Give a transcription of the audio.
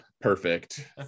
perfect